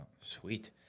Sweet